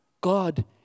God